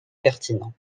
pertinent